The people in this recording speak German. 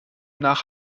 nach